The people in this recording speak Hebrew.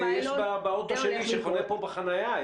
הטכנולוגיות האלה יש באוטו שלי שחונה פה בחניה.